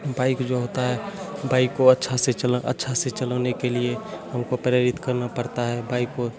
bike जो होता है बाइक को अच्छा से अच्छा से चलोने के लिए हमको प्रेरित करना पड़ता है बाइक को